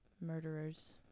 murderers